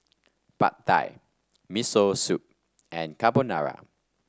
Pad Thai Miso Soup and Carbonara